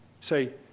say